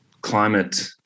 climate